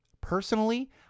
Personally